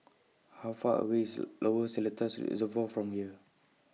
How Far away IS Lower Seletar Reservoir from here